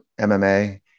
MMA